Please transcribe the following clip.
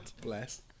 Bless